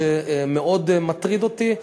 שמאוד מטריד אותי,